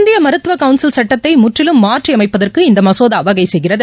இந்தியமருத்துவகவுன்சில் சட்டத்தைமுற்றிலும் மாற்றிஅமைப்பதற்கு இந்தமசோதாவகைசெய்கிறது